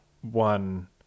one